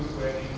where